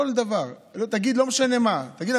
כל דבר, לא משנה מה תגיד.